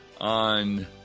on